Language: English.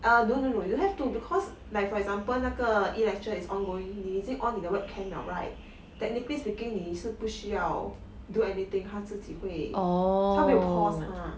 uh no no no don't have to like for example 那个 e-lecture is ongoing 你已经 on 你的 webcam liao right technically speaking 你是不需要 do anything 它自己会它没有 pause 它